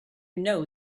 know